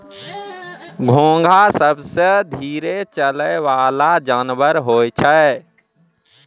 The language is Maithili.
घोंघा सबसें धीरे चलै वला जानवर होय छै